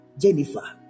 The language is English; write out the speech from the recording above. Jennifer